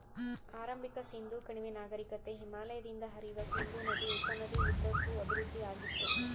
ಆರಂಭಿಕ ಸಿಂಧೂ ಕಣಿವೆ ನಾಗರಿಕತೆ ಹಿಮಾಲಯದಿಂದ ಹರಿಯುವ ಸಿಂಧೂ ನದಿ ಉಪನದಿ ಉದ್ದಕ್ಕೂ ಅಭಿವೃದ್ಧಿಆಗಿತ್ತು